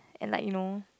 and like you know